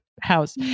House